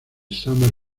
summer